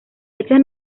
fechas